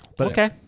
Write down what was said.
Okay